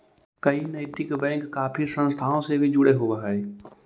कई नैतिक बैंक काफी संस्थाओं से भी जुड़े होवअ हई